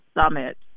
Summit